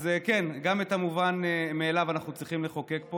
אז כן, גם את המובן מאליו אנחנו צריכים לחוקק פה.